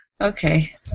Okay